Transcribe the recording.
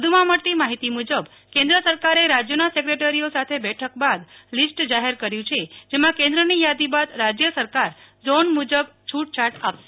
વધુ મળતી માહિતી મુજબ કેન્દ્ર સરકારે રાજયોના સેકેટરીઓ સાથે બેઠક બાદ લિસ્ટ જાહેર કર્યુ છે જેમાં કેન્દ્રની યાદી બાદ રાજય સરકાર ઝોન મુજબ છુટછાટ આપશે